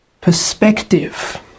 perspective